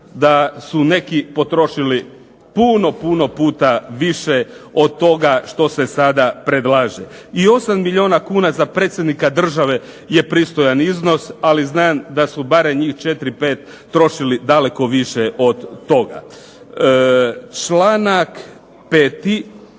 da su neki potrošili puno, puno puta više od toga što se sada predlaže. I osam milijuna kuna za predsjednika države je pristojan iznos, ali znam da su barem njih četiri, pet trošili daleko više od toga. Članak 5.